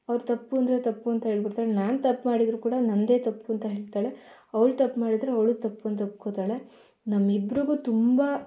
ಅವ್ರ ತಪ್ಪು ಅಂದರೆ ತಪ್ಪು ಅಂತ ಹೇಳಿ ಬಿಡ್ತಾಳೆ ನಾನು ತಪ್ಪು ಮಾಡಿದರು ಕೂಡ ನನ್ನದೇ ತಪ್ಪು ಅಂತ ಹೇಳ್ತಾಳೆ ಅವ್ಳು ತಪ್ಪು ಮಾಡಿದರು ಅವಳು ತಪ್ಪು ಅಂತ ಒಪ್ಕೊಳ್ತಾಳೆ ನಮ್ಮಿಬ್ರಿಗೂ ತುಂಬ